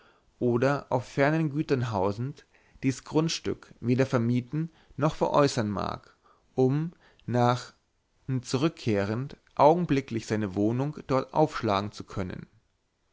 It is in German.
oder auf fernen gütern hausend dies grundstück weder vermieten noch veräußern mag um nach n zurückkehrend augenblicklich seine wohnung dort aufschlagen zu können